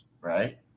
right